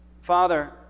Father